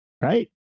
right